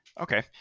Okay